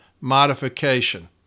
modification